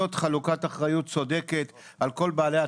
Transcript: חלוקת אחריות צודקת על כל בעלי התפקידים,